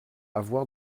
avoir